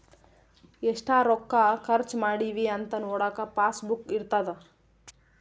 ಎಷ್ಟ ರೊಕ್ಕ ಖರ್ಚ ಮಾಡಿವಿ ಅಂತ ನೋಡಕ ಪಾಸ್ ಬುಕ್ ಇರ್ತದ